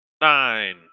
Nine